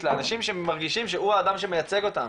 לאנשים שמרגישים שהוא האדם שמייצג אותם.